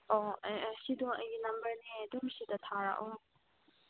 ꯑꯣ ꯑꯦ ꯑꯦ ꯁꯤꯗꯣ ꯑꯩꯒꯤ ꯅꯝꯕꯔꯅꯦ ꯑꯗꯨꯝ ꯁꯤꯗ ꯊꯥꯔꯛꯑꯣ